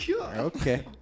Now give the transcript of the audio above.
okay